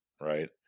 right